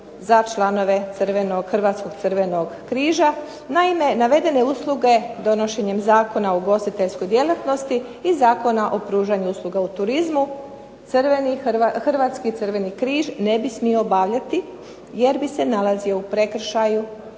za članove Hrvatskog Crvenog križa. Naime, navedene usluge donošenjem Zakona o ugostiteljskoj djelatnosti i Zakona o pružanju usluga u turizmu Hrvatski Crveni križ ne bi smio obavljati jer bi se nalazio u prekršaju